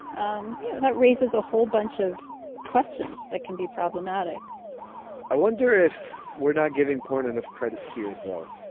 um you know that raises a whole bunch of questions that can be problematic i wonder if we're not giving porn and enough credit here, though.